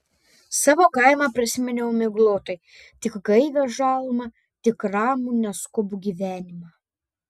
savo kaimą prisiminiau miglotai tik gaivią žalumą tik ramų neskubų gyvenimą